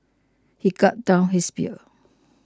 he gulped down his beer